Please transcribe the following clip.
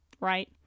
right